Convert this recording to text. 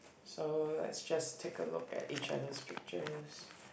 so let's just take a look at each other's pictures